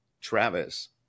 Travis